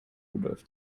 rudolf